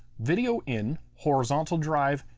video in, horizontal drive,